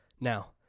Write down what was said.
Now